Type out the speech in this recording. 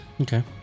Okay